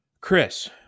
Chris